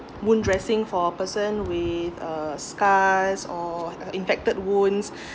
wound dressing for a person with uh scars or uh infected wounds